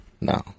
No